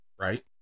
Right